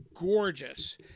gorgeous